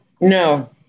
No